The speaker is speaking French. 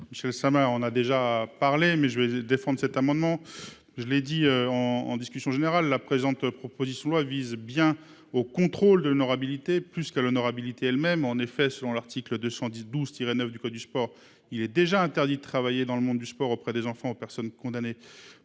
monsieur Sama. On a déjà parlé mais je vais descendre cet amendement. Je l'ai dit en en discussion générale la présente, proposition de loi vise bien au contrôle de habilité plus que l'honorabilité elles-mêmes. En effet, selon l'article 210 12 tiré 9 du code du sport. Il est déjà interdit de travailler dans le monde du sport auprès des enfants, personnes condamnées